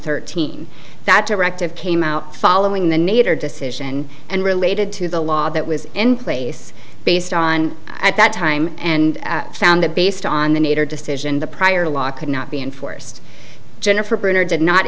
thirteen that directive came out following the nader decision and related to the law that was in place based on at that time and found that based on the nader decision the prior law could not be enforced jennifer brunner did not